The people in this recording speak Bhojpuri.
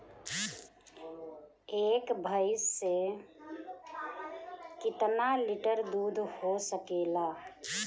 एक भइस से कितना लिटर दूध हो सकेला?